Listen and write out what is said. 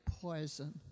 poison